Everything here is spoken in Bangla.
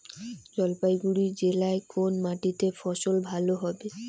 জলপাইগুড়ি জেলায় কোন মাটিতে ফসল ভালো হবে?